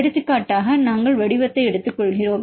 எடுத்துக்காட்டாக நாங்கள் வடிவத்தை எடுத்துக்கொள்கிறோம்